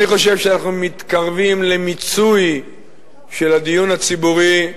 אני חושב שאנחנו מתקרבים למיצוי של הדיון הציבורי,